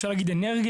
אפשר להגיד אנרגיה,